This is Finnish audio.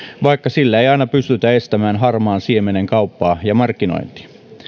vaikka sillä ei aina pystytä estämään harmaan siemenen kauppaa ja markkinointia